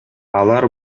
алар